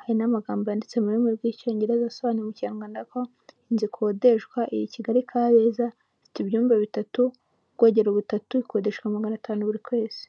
hari n'amagambo yanditse mu rurimi rw'icyongereza asobanuye mu kinyarwanda ko inzu ikodeshwa iri Kigali-Kabeza, ifite ibyumba bitatu, ubwogero butatu, ikodeshwa magana atanu buri kwezi.